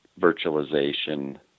virtualization